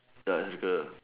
ya lah